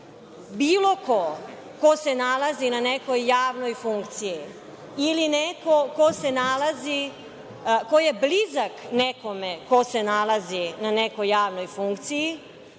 bilo ko, ko se nalazi na nekoj javnoj funkciji, ili neko ko je blizak nekome ko se nalazi na nekoj javnoj funkciji,